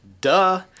duh